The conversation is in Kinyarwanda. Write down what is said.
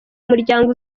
muryango